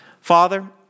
Father